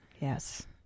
Yes